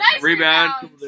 rebound